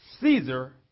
Caesar